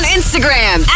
Instagram